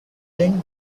ring